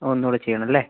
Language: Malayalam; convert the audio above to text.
ഒന്നുകൂടെ ചെയ്യണം അല്ലേ